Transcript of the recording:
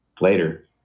later